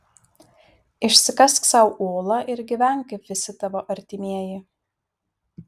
išsikask sau olą ir gyvenk kaip visi tavo artimieji